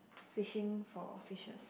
fishing for fishes